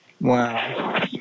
wow